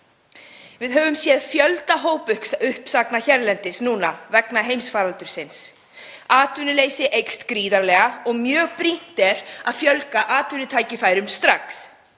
Við höfum séð fjölda hópuppsagna hérlendis vegna heimsfaraldursins og atvinnuleysi eykst gríðarlega. Mjög brýnt er að fjölga atvinnutækifærum strax.